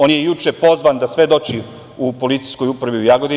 On je juče pozvan da svedoči u policijskoj upravi u Jagodini.